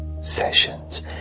sessions